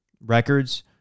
records